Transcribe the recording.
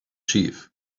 chief